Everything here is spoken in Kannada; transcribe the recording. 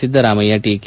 ಸಿದ್ದರಾಮಯ್ಯ ಟೀಕೆ